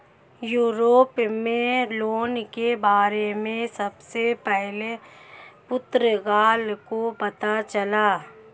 Europe में loan के बारे में सबसे पहले पुर्तगाल को पता चला